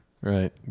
Right